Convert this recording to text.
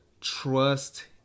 Trust